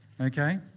okay